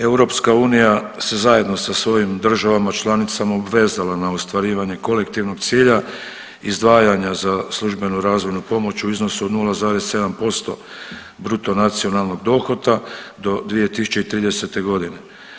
EU se zajedno sa svojim državama članicama obvezla na ostvarivanje kolektivnog cilja izdvajanja za službenu razvojnu pomoć u iznosu od 0,7% bruto nacionalnog dohotka do 2030. godine.